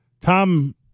Tom